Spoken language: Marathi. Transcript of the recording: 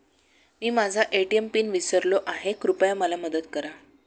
मी माझा ए.टी.एम पिन विसरलो आहे, कृपया मदत करा